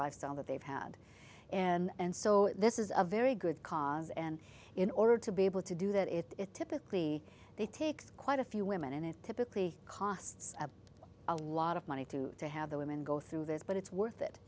lifestyle that they've had and so this is a very good cause and in order to be able to do that it's typically they takes quite a few women and it typically costs a lot of money to have their women go through this but it's worth it